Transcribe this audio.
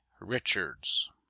Richards